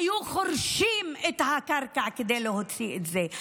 היו חורשים את הקרקע כדי להוציא את זה.